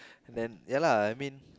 then ya lah I mean